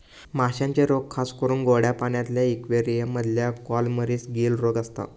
माश्यांचे रोग खासकरून गोड्या पाण्यातल्या इक्वेरियम मधल्या कॉलमरीस, गील रोग असता